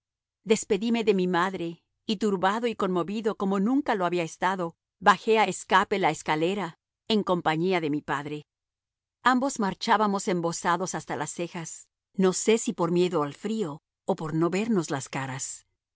despedime de mi madre y turbado y conmovido como nunca lo había estado bajé a escape la escalera en compañía de mi padre ambos marchábamos embozados hasta las cejas no sé si por miedo al frío o por no vernos las caras